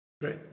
Great